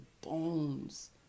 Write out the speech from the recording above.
bones